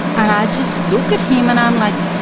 and i just looked at him and i'm like,